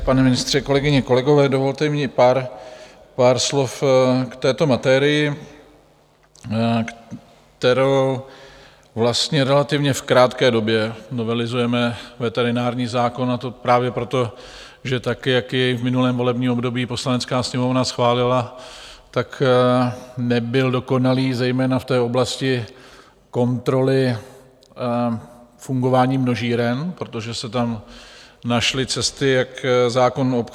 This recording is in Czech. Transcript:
Pane ministře, kolegyně, kolegové, dovolte mi pár slov k této matérii, kterou vlastně v relativně krátké době novelizujeme veterinární zákon, a to právě proto, že tak jak jej v minulém volebním období Poslanecká sněmovna schválila, tak nebyl dokonalý zejména v té oblasti kontroly fungování množíren, protože se tam našly cesty, jak zákon obcházet.